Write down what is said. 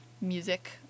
music